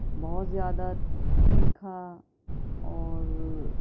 بہت زیادہ تیکھا اور